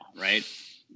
right